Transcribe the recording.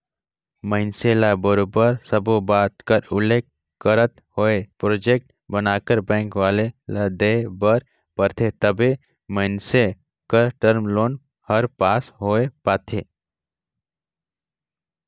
मइनसे ल बरोबर सब्बो बात कर उल्लेख करत होय प्रोजेक्ट बनाकर बेंक वाले ल देय बर परथे तबे मइनसे कर टर्म लोन हर पास होए पाथे